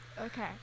Okay